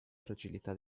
fragilità